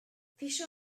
fisher